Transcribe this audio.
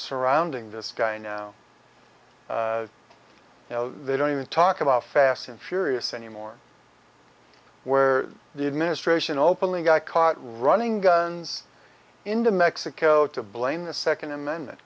surrounding this guy now they don't even talk about fast and furious anymore where the administration openly got caught running guns into mexico to blame the second amendment